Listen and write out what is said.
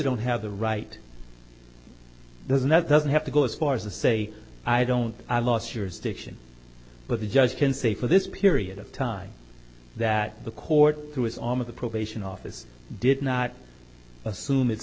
don't have the right doesn't that doesn't have to go as far as to say i don't i lost your station but the judge can say for this period of time that the court through his arm of the probation office did not assume it's